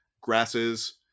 Grasses